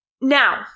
now